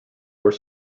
were